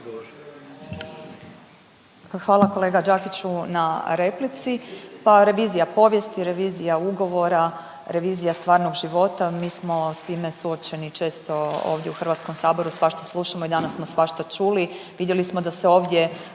Hvala kolega Đakiću na replici. Pa revizija povijesti, revizija ugovora, revizija stvarnog života mi smo s time suočeni često ovdje u HS-u svašta slušamo i danas smo svašta čuli. Vidjeli smo da se ovdje